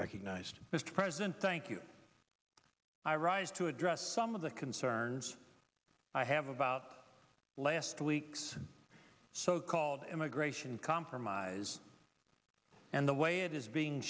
recognized mr president thank you i rise to address some of the concerns i have about last week's so called immigration compromise and the way it is being